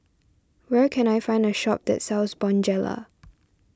where can I find a shop that sells Bonjela